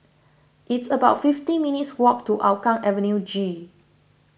it's about fifty minutes' walk to Hougang Avenue G